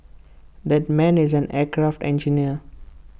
that man is an aircraft engineer